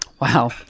Wow